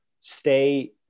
stay